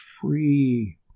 free